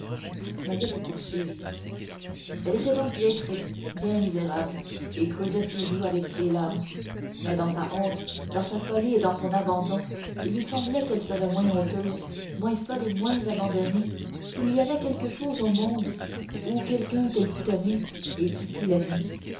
mahiette poursuivit elle était donc bien triste bien misérable et creusait ses joues avec ses larmes mais dans sa honte dans sa folie et dans son abandon il lui semblait qu'elle serait moins honteuse moins folle et moins abandonnée s'il y avait quelque chose au monde ou quelqu'un qu'elle pût aimer et qui pût l'aimer